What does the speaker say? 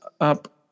up